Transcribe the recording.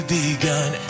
begun